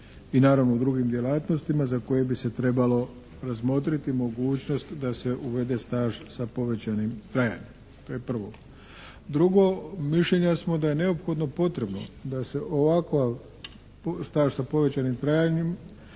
i naravno u drugim djelatnostima za koje bi se trebalo razmotriti mogućnost da se uvede staž sa povećanim trajanjem. To je prvo. Drugo. Mišljenja smo da je neophodno potrebno da se ovakav staž sa povećanim trajanjem